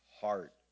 heart